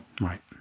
right